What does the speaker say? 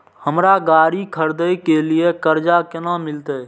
हमरा गाड़ी खरदे के लिए कर्जा केना मिलते?